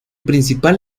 principal